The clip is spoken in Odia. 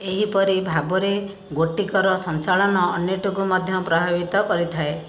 ଏହିପରି ଭାବରେ ଗୋଟିକର ସଞ୍ଚାଳନ ଅନ୍ୟଟିକୁ ମଧ୍ୟ ପ୍ରଭାବିତ କରିଥାଏ